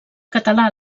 català